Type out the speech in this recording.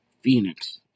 Phoenix